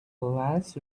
lines